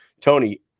Tony